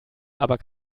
aber